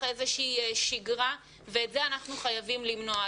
איזושהי שגרה ואת זה אנחנו חייבים למנוע.